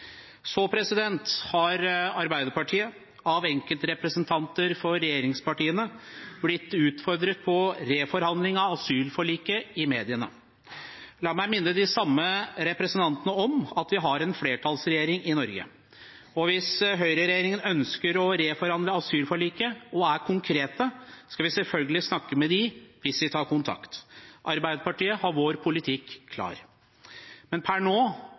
Så har Arbeiderpartiet, av enkeltrepresentanter for regjeringspartiene, blitt utfordret på reforhandling av asylforliket i mediene. La meg minne de samme representantene om at vi har en flertallsregjering i Norge. Hvis høyreregjeringen ønsker å reforhandle asylforliket og er konkrete, skal vi selvfølgelig snakke med dem hvis de tar kontakt. Arbeiderpartiet har vår politikk klar. Men per nå